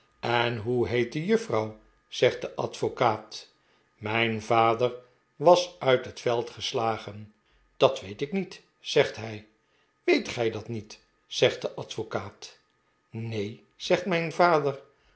en hoe heet de juffrouw zegt de advocaat mijn vader was uit net veld geslagen dat weet ik niet zegt hij weet gij dat niet zegt de advocaat neen zegt mijn vader